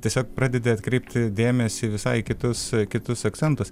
tiesiog pradedi atkreipti dėmesį visai į kitus kitus akcentus